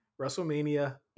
WrestleMania